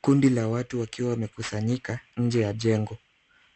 Kundi la watu wakiwa wamekusanyika nje ya jengo.